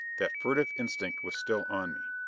that furtive instinct was still on me.